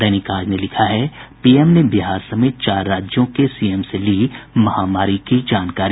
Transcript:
दैनिक आज ने लिखा है पीएम ने बिहार समेत चार राज्यों के सीएम से ली महामारी की जानकारी